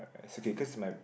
it's okay cause my